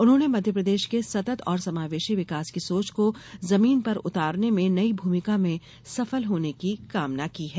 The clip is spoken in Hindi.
उन्होंने मध्यप्रदेश के सतत और समावेशी विकास की सोच को जमीन पर उतारने में नई भूमिका में सफल होने कामना की है